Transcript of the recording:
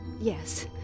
yes